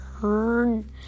turn